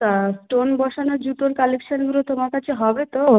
তা স্টোন বসানো জুতোর কালেকশানগুলো তোমার কাছে হবে তো